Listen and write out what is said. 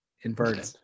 inverted